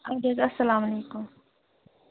اَدٕ حظ اَسلامُ علیکُم